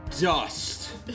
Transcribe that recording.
dust